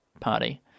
party